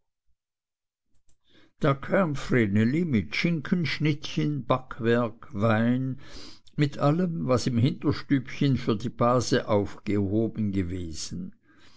da kam vreneli mit schinkenschnittchen backwerk wein mit allem was im hinterstübchen für die base aufgehoben gewesen